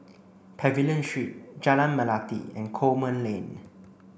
Pavilion She Jalan Melati and Coleman Lane